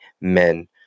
men